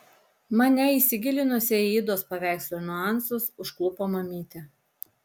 mane įsigilinusią į idos paveikslo niuansus užklupo mamytė